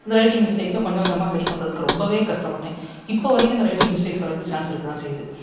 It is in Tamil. இந்த ரைட்டிங் மிஸ்டேக்ஸை கொஞ்சம் கொஞ்சமாக சரி பண்ணுறதுக்கு ரொம்பவே கஷ்டப்பட்டேன் இப்போது வரைக்கும் அந்த ரைட்டிங் மிஸ்டேக்ஸ் வர்றதுக்கு சான்ஸ் இருக்க தான் செய்யுது